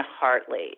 Hartley